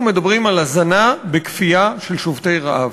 אנחנו מדברים על הזנה בכפייה של שובתי רעב.